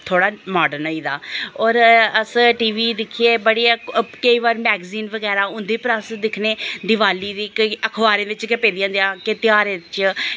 थोह्ड़ा माडर्न होई दा और अस टीवी दिक्खियै बड़ी केईं बार मैगजीन बगैरा उं'दे पर अस दिक्खने दिवाली दी केईं अखवारें बिच गै पेई दियां होंदियां के तेहारें च केह्ड़ी